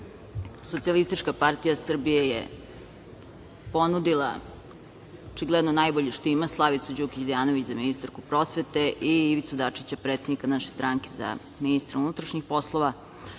Socijalistička partija Srbije je ponudila očigledno najbolje što ima, Slavicu Đukić Dejanović za ministarku prosvete i Ivicu Dačića, predsednika naše stranke, za ministra unutrašnjih poslova